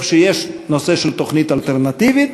במקום שיש נושא של תוכנית אלטרנטיבית,